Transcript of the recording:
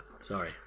sorry